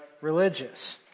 religious